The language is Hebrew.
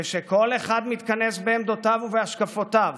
כשכל אחד מתכנס בעמדותיו ובהשקפותיו